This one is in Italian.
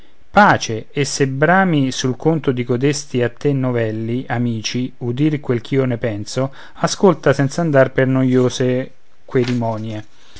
pace e se brami sul conto di codesti a te novelli amici udir quel ch'io ne penso ascolta senz'andar per noiose querimonie una